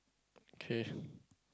K